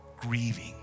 grieving